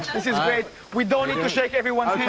this is dreat. we don't need to shake everyone's